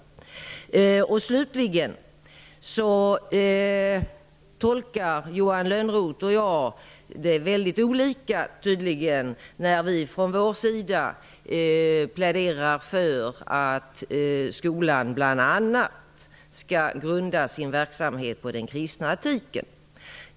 Allra sist: Tydligen tolkar Johan Lönnroth och jag "kristna värderingar" väldigt olika. Vi från Moderatemas sida pläderar för att skolan bl.a. skall grunda sin verksamhet på den kristna etiken.